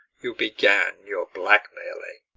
you began your blackmailing.